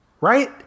right